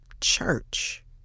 church